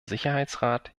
sicherheitsrat